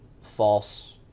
false